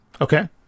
Okay